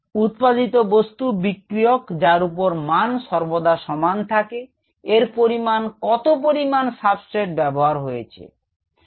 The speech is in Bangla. উৎপাদিত বস্তু বিক্রিয়ক যার উপর মান সর্বদা সমান থাকে এর পরিমাপ কত পরিমান সাবস্ট্রেট ব্যবহার হয়েছে